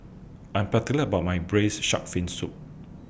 I'm particular about My Braised Shark Fin Soup